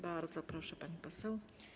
Bardzo proszę, pani poseł.